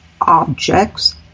objects